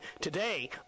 today